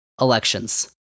elections